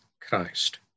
Christ